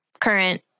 current